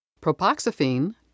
propoxyphene